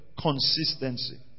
Consistency